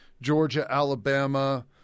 Georgia-Alabama